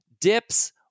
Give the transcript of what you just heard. dips